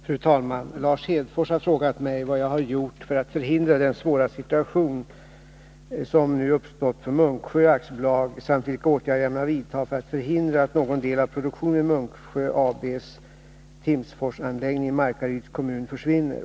Fru talman! Lars Hedfors har frågat mig vad jag har gjort för att förhindra den svåra situation som nu uppstått för Munksjö AB samt vilka åtgärder jag ämnar vidtaga för att förhindra att någon del av produktionen vid Munksjö AB:s Timsforsanläggning i Markaryds kommun försvinner.